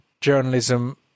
journalism